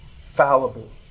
Fallible